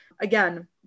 Again